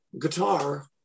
guitar